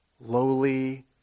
lowly